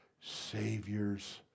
Savior's